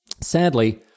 sadly